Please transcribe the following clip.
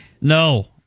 No